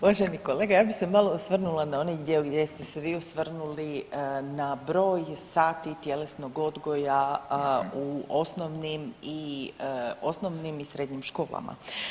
Uvaženi kolega ja bih se malo osvrnula na onaj dio gdje ste se vi osvrnuli na broj sati tjelesnog odgoja u osnovnim i, osnovnim i srednjim školama.